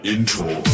Intro